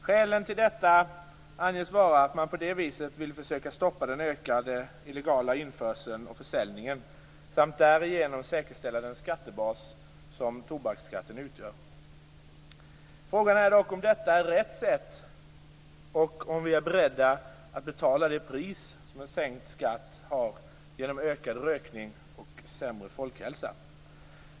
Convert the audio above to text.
Skälet till detta anges vara att man på det viset vill försöka att stoppa den ökade illegala införseln och försäljningen samt därigenom säkerställa den skattebas som tobaksskatten utgör. Frågan är dock om detta är rätt sätt och om vi är beredda att betala det pris som en sänkt skatt har genom ökad rökning och sämre folkhälsa.